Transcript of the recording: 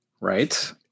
right